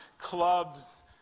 clubs